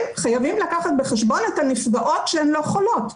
חייבים לקחת בחשבון את הנפגעות שהן לא חולות.